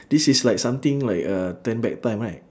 this is like something like uh turn back time right